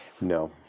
No